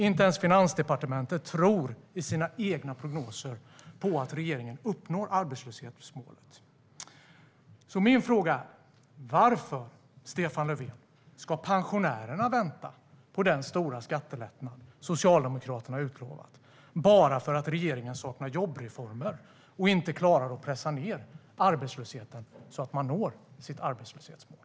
Inte ens Finansdepartementet tror i sina egna prognoser på att regeringen uppnår arbetslöshetsmålet. Varför, Stefan Löfven, ska pensionärerna vänta på den stora skattelättnaden Socialdemokraterna har utlovat bara för att regeringen saknar jobbreformer och inte klarar att pressa ned arbetslösheten så att man når sitt arbetslöshetsmål?